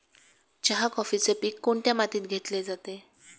चहा, कॉफीचे पीक कोणत्या मातीत घेतले जाते?